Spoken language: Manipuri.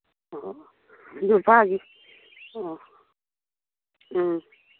ꯑꯣ ꯅꯨꯄꯥꯒꯤ ꯑꯣ ꯎꯝ